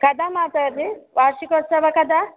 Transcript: कदा माताजि वार्षिकोत्सवः कदा